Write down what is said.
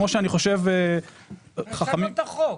צריך לשנות את החוק.